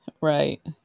right